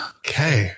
okay